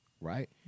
right